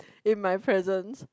in my presence